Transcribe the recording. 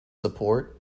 support